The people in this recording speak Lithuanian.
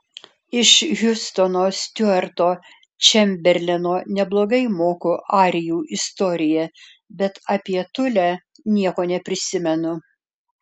iš hiustono stiuarto čemberleno neblogai moku arijų istoriją bet apie tulę nieko neprisimenu